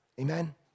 Amen